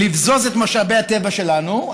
לבזוז את משאבי הטבע שלנו,